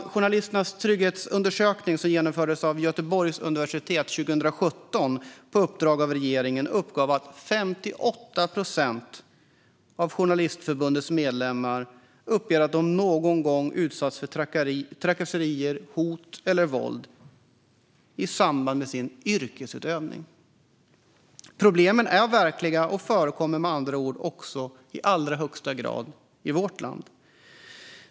I Journalisternas trygghetsundersökning, som Göteborgs universitet genomförde 2017 på uppdrag av regeringen, uppgav 58 procent av Journalistförbundets medlemmar att de någon gång utsatts för trakasserier, hot eller våld i samband med sin yrkesutövning. Problemen är verkliga och förekommer med andra ord i allra högsta grad även i vårt land.